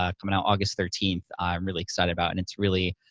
ah coming out august thirteenth, i'm really excited about, and it's really,